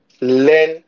Learn